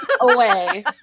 away